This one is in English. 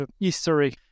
history